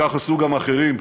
כך עשו גם אחרים.